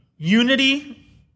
Unity